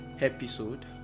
episode